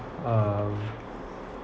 um